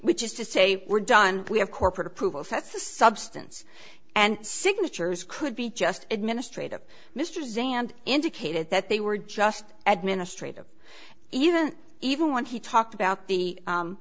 which is to say we're done we have corporate approvals that's the substance and signatures could be just administrative mr zandi indicated that they were just administrative even even when he talked about the